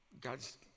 God's